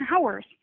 hours